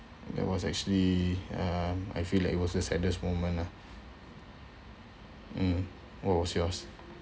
that was actually um I feel like it was the saddest moment lah mm what was yours